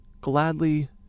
gladly